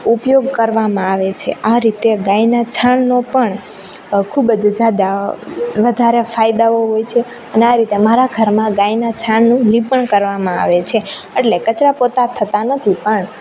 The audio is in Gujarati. ઊપયોગ કરવામાં આવે છે આ રીતે ગાયના છાણનો પણ ખૂબ જ જ્યાદા વધારે ફાયદાઓ હોય છે અને આ રીતે અમારા ઘરમાં ગાયના છાણનું લીંપણ કરવામાં આવે છે એટલે કચરા પોતા થતા નથી પણ